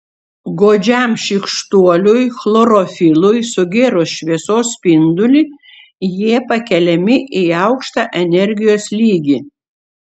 godžiam šykštuoliui chlorofilui sugėrus šviesos spindulį jie pakeliami į aukštą energijos lygį